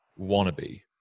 wannabe